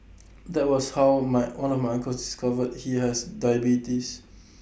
that was how my one of my uncles discovered he has diabetes